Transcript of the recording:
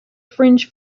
fringe